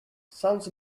sounds